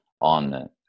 on